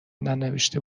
ننوشته